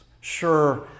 Sure